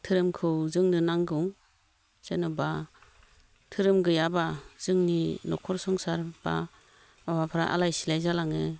धोरोमखौ जोंनो नांगौ जेनेबा धोरोम गैयाबा जोंनि न'खर संसार बा माबाफोरा आलाय सिलाय जालाङो